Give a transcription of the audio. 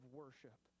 worship